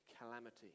calamity